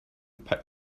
pick